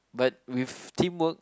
but with teamwork